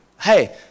Hey